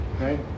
Right